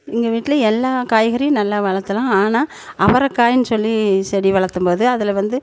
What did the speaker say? எங்கள் வீட்டில் எல்லா காய்கறியும் நல்லா வளர்தலாம் ஆனால் அவரக்காயின்னு சொல்லி செடி வளர்தும்போது அதில் வந்து